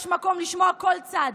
יש מקום לשמוע כל צד.